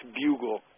bugle